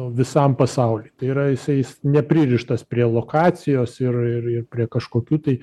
visam pasauliui tai yra jisai jis nepririštas prie lokacijos ir ir ir prie kažkokių tai